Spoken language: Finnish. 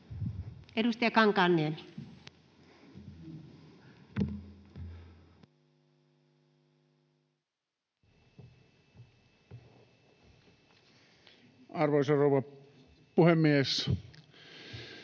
Edustaja Mäkinen. Arvoisa rouva puhemies!